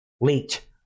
leaked